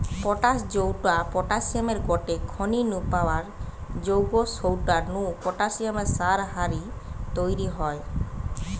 potash জউটা পটাশিয়ামের গটে খনি নু পাওয়া জউগ সউটা নু পটাশিয়াম সার হারি তইরি হয়